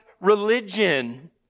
religion